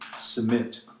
Submit